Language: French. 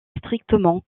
strictement